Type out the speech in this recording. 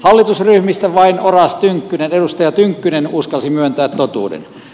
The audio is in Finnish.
hallitusryhmistä vain edustaja tynkkynen uskalsi myöntää totuuden